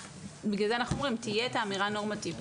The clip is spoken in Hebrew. בגלל זה אנחנו אומרים שתהיה את האמירה הנורמטיבית,